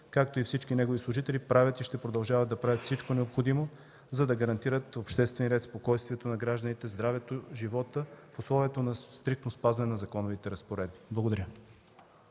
както и всички негови служители, правят и ще продължават да правят всичко необходимо, за да гарантират обществения ред, спокойствието на гражданите, здравето, живота в условията за стриктно спазване на законовите разпоредби. Благодаря.